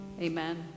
amen